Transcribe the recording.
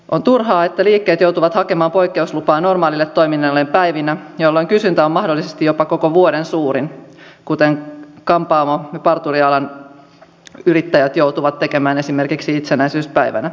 on turhaa että liikkeet joutuvat hakemaan poikkeuslupaa normaalille toiminnalleen päivinä jolloin kysyntä on mahdollisesti jopa koko vuoden suurin kuten kampaamo ja parturialan yrittäjät joutuvat tekemään esimerkiksi itsenäisyyspäivänä